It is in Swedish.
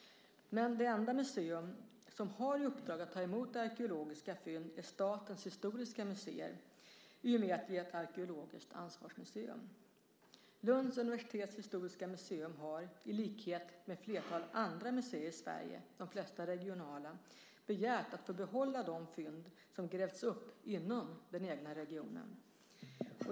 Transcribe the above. Det enda museum som har i uppdrag att ta emot arkeologiska fynd är dock Statens historiska museer i och med att det är arkeologiskt ansvarsmuseum. Lunds universitets historiska museum har, i likhet med ett flertal andra museer i Sverige - de flesta regionala - begärt att få behålla de fynd som grävs upp inom den egna regionen.